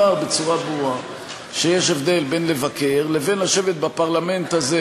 הוא אמר בצורה ברורה שיש הבדל בין לבקר לבין לשבת בפרלמנט הזה,